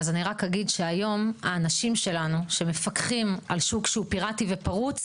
אז אני רק אגיד שהיום האנשים שלנו שמפקחים על שוק שהוא פיראטי ופרוץ